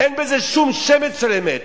אין בזה שום שמץ של אמת.